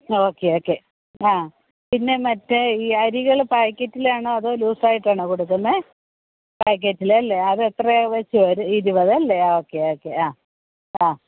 okay okay ആ പിന്നെ മറ്റേ ഈ അരികൾ പായ്ക്കറ്റിലാണോ അതോ ലൂസ് ആയിട്ടാണോ കൊടുക്കുന്നത് പായ്ക്കറ്റിൽ അല്ലേ അത് എത്ര വെച്ച് ഇരുപത് അല്ലേ ഓക്കെ ഓക്കെ ആ ആ